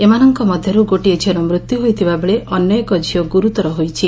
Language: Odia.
ଏମାନଙ୍କ ମଧରୁ ଗୋଟିଏ ଝିଅର ମୃତ୍ଧ୍ ହୋଇଥିବାବେଳେ ଅନ୍ୟ ଏକ ଝିଅ ଗୁରୁତର ହୋଇଛି